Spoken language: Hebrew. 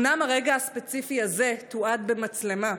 אומנם הרגע הספציפי הזה תועד במצלמה,